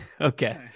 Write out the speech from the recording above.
Okay